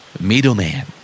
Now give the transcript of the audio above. Middleman